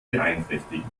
beeinträchtigen